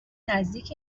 نزدیک